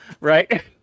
Right